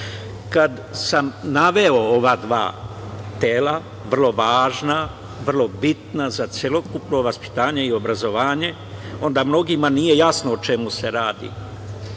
sam naveo ova dva tela, vrlo važna, vrlo bitna za celokupno vaspitanje i obrazovanje, onda mnogima nije jasno o čemu se radi.